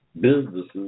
businesses